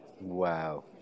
Wow